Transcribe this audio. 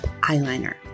eyeliner